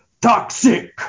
Toxic